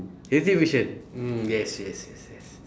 retribution mm yes yes yes yes